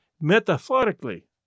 metaphorically